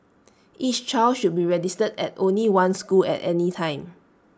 each child should be registered at only one school at any time